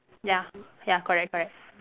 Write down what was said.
ya ya correct correct